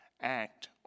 act